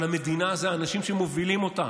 אבל המדינה זה האנשים שמובילים אותה.